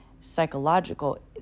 psychological